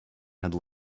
had